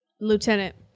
lieutenant